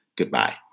Goodbye